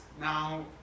Now